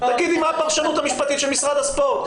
תגידי מה הפרשנות המשפטית של משרד הספורט.